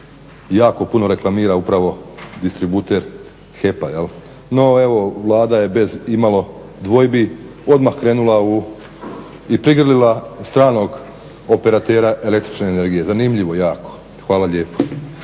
jako puno reklamira upravo distributer HEP-a. No evo Vlada je bez imalo dvojbi odmah krenula u, i prigrlila stranog operatera električne energije. Zanimljivo jako. Hvala lijepo.